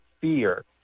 fear